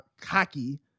cocky